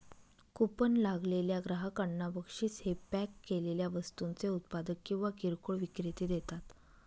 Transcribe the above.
coupon लागलेल्या ग्राहकांना बक्षीस हे पॅक केलेल्या वस्तूंचे उत्पादक किंवा किरकोळ विक्रेते देतात